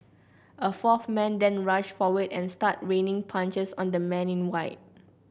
a fourth man then rushed forward and started raining punches on the man in white